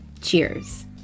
cheers